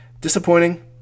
disappointing